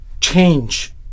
change